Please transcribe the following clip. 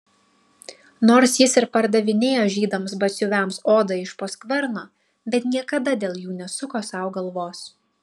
nors jis ir pardavinėjo žydams batsiuviams odą iš po skverno bet niekada dėl jų nesuko sau galvos